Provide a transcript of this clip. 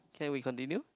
can we continue